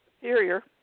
superior